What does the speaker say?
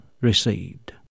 received